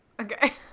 Okay